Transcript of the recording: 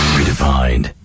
Redefined